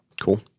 Cool